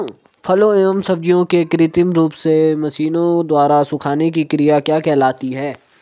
फलों एवं सब्जियों के कृत्रिम रूप से मशीनों द्वारा सुखाने की क्रिया क्या कहलाती है?